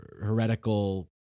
heretical